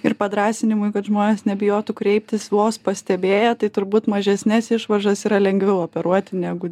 ir padrąsinimui kad žmonės nebijotų kreiptis vos pastebėję tai turbūt mažesnes išvaržas yra lengviau operuoti negu